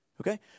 Okay